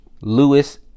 Lewis